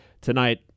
Tonight